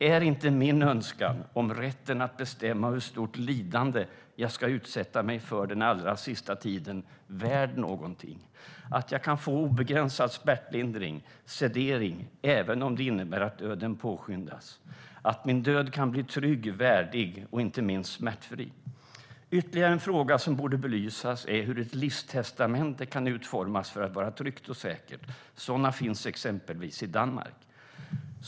Är inte min önskan om rätten att bestämma hur stort lidande jag ska utsätta mig för den allra sista tiden värd någonting? Att jag kan få obegränsad smärtlindring, sedering, även om det innebär att döden påskyndas? Att min död kan bli trygg, värdig och inte minst smärtfri? Ytterligare en fråga som borde belysas är hur ett livstestamente kan utformas för att vara tryggt och säkert. Sådana finns exempelvis i Danmark.